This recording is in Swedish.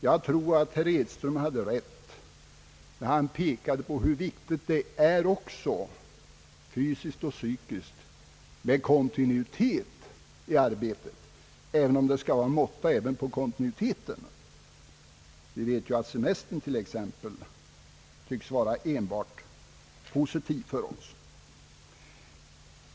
Jag anser att herr Edström hade rätt när han pekade på hur viktigt det var också fysiskt och psykiskt med kontinuitet i arbetet — även om det bör vara måtta på också den. Vi vet ju att t.ex. semestern tycks vara enbart positiv för oss.